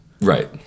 right